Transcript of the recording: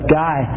guy